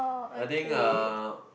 I think uh